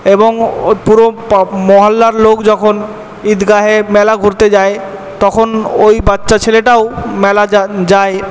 এবং পুরো মহল্লার লোক যখন ঈদগাহে মেলা ঘুরতে যায় তখন ওই বাচ্চা ছেলেটাও মেলা যায়